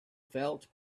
felt